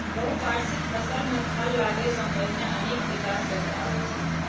बहुवार्षिक फसल मे फल लागै सं पहिने अनेक विकास चक्र आबै छै